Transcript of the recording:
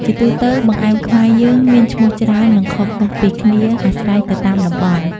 ជាទូទៅ បង្អែមខ្មែរយើងមានឈ្មោះច្រើន និងខុសៗពីគ្នាអាស្រ័យទៅតាមតំបន់។